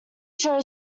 show